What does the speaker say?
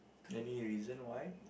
any reason why